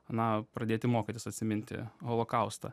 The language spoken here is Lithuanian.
na pradėti mokytis atsiminti holokaustą